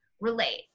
relate